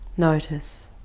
Notice